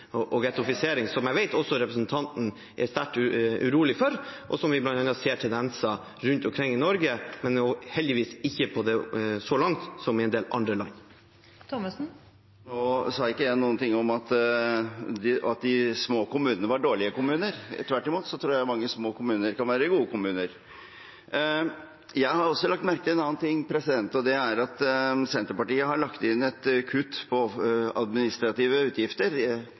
og gettofisering, som jeg vet at også representanten Thommessen er sterkt urolig for, og som vi ser tendenser til rundt omkring i Norge, men som heldigvis ikke er kommet så langt som i en del andre land. Nå sa ikke jeg noe om at de små kommunene var dårlige kommuner. Tvert imot tror jeg mange små kommuner kan være gode kommuner. Jeg har også lagt merke til en annen ting, og det er at Senterpartiet har lagt inn et kutt på administrative utgifter